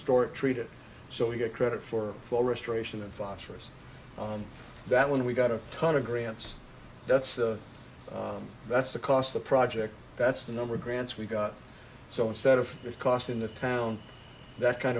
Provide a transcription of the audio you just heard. stuart treated so we get credit for flow restoration and phosphorous on that one we've got a ton of grants that's that's the cost the project that's the number of grants we've got so instead of the cost in the town that kind